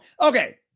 Okay